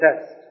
test